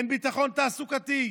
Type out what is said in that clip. אין ביטחון תעסוקתי,